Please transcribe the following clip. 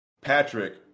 Patrick